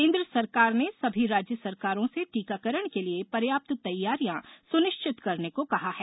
केंद्र सरकार ने सभी राज्य सरकारों से टीकाकरण के लिए पर्याप्त तैयारियां सुनिश्चित करने को कहा है